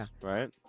right